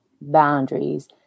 boundaries